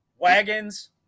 Wagons